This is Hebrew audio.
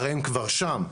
הרי הם כבר שם.